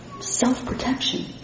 self-protection